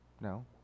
No